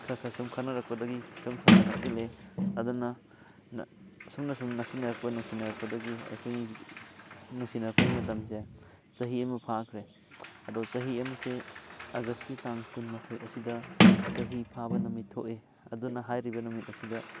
ꯈꯔ ꯈꯔ ꯁꯨꯝ ꯈꯪꯅꯔꯛꯄꯗꯒꯤ ꯁꯨꯝ ꯈꯔ ꯈꯔ ꯅꯛꯁꯜꯂꯦ ꯑꯗꯨꯅ ꯑꯁꯨꯝꯅ ꯁꯨꯝ ꯅꯛꯁꯤꯟꯅꯔꯛꯄ ꯅꯨꯡꯁꯤꯅꯔꯛꯄꯗꯒꯤ ꯑꯩꯈꯣꯏ ꯅꯨꯡꯁꯤꯅꯔꯛꯄꯒꯤ ꯃꯇꯝꯁꯦ ꯆꯍꯤ ꯑꯃ ꯐꯥꯈ꯭ꯔꯦ ꯑꯗꯣ ꯆꯍꯤ ꯑꯃꯁꯦ ꯑꯣꯒꯁꯀꯤ ꯇꯥꯡ ꯀꯨꯟ ꯃꯥꯊꯣꯏ ꯑꯁꯤꯗ ꯆꯍꯤ ꯐꯥꯕ ꯅꯨꯃꯤꯠ ꯊꯣꯛꯏ ꯑꯗꯨꯅ ꯍꯥꯏꯔꯤꯕ ꯅꯨꯃꯤꯠ ꯑꯁꯤꯗ